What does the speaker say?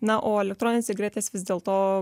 na o elektroninės cigaretės vis dėlto